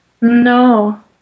No